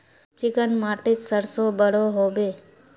Chicken माटित सरसों बढ़ो होबे?